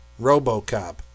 RoboCop